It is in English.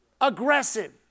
aggressive